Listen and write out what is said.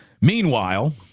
Meanwhile